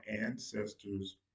ancestors